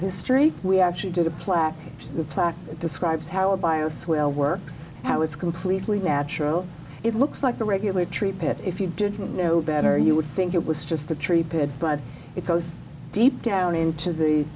history we actually do the plaque the plaque describes how a virus will works how it's completely natural it looks like a regular trip if you didn't know better you would think it was just a tree pit but it goes deep down into the